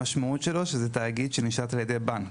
המשמעות שלו שזה תאגיד שנשלט על ידי בנק.